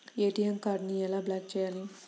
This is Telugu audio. ఏ.టీ.ఎం కార్డుని ఎలా బ్లాక్ చేయాలి?